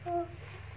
so